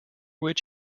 which